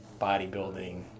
bodybuilding